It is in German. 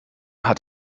hat